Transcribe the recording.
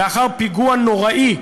לאחר פיגוע נוראי,